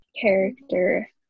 character